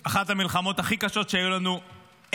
אחת המלחמות הכי קשות שהיו לנו אי-פעם.